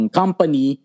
company